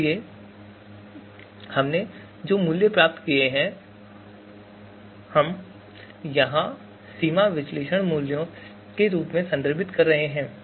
इसलिए हमने जो मूल्य प्राप्त किए हैं हम यहां सीमा विश्लेषण मूल्यों के रूप में संदर्भित कर रहे हैं